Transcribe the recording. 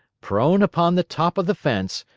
prone upon the top of the fence,